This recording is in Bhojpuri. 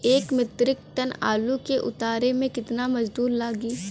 एक मित्रिक टन आलू के उतारे मे कितना मजदूर लागि?